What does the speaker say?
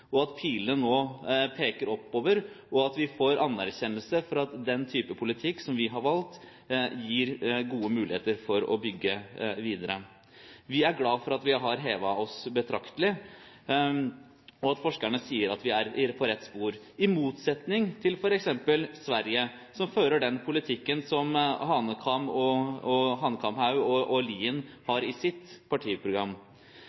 og at pilene nå peker oppover, og at vi får anerkjennelse for at den type politikk som vi har valgt, gir gode muligheter for å bygge videre. Vi er glad for at vi har hevet oss betraktelig, og at forskerne sier at vi er på rett spor, i motsetning til f.eks. Sverige, som fører den politikken som Hanekamhaug og Lien